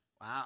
Wow